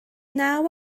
naw